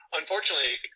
unfortunately